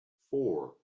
four